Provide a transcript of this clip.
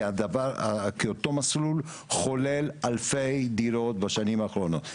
כי אותו מסלול חולל אלפי דירות בשנים האחרונות.